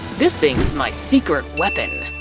this thing's my secret weapon.